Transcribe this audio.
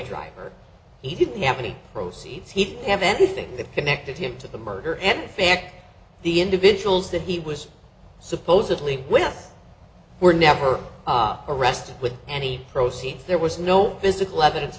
driver he didn't have any proceeds he'd have anything that connected him to the murder and in fact the individuals that he was supposedly with were never arrested with any proceeds there was no physical evidence